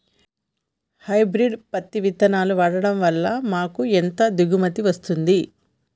Hybrid పత్తి విత్తనాలు వాడడం వలన మాకు ఎంత దిగుమతి వస్తుంది?